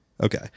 Okay